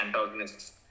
antagonists